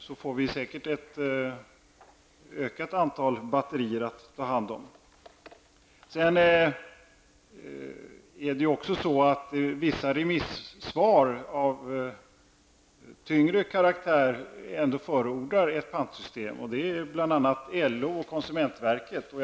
Då får vi säkerligen ett ökat antal batterier att ta hand om. Vissa remissvar av tyngre karaktär förordar ändå ett pantsystem, det gäller bl.a. LOs och konsumentverkets remissvar.